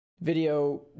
video